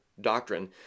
doctrine